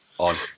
on